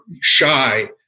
shy